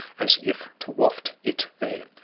as if to waft it there.